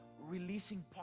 releasing